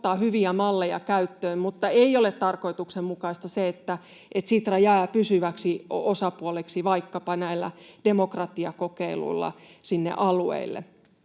ottaa hyviä malleja käyttöön. Ei ole tarkoituksenmukaista se, että Sitra jää pysyväksi osapuoleksi vaikkapa näissä demokratiakokeiluissa sinne alueille.